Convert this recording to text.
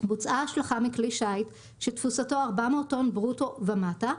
בוצעה השלכה מכלי שיט שתפוסתו 400 טון ברוטו ומטה,